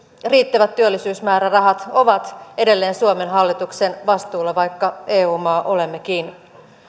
riittävät työllisyysmäärärahat ovat edelleen suomen hallituksen vastuulla vaikka eu maa olemmekin